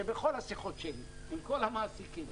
שבכל השיחות שלי עם כל המעסיקים,